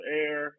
air